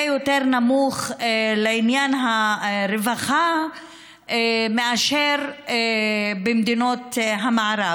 יותר נמוך לעניין הרווחה מאשר במדינות המערב,